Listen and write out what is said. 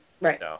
Right